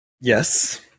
Yes